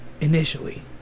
initially